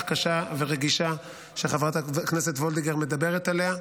קשה ורגישה שחברת הכנסת וולדיגר מדברת עליה.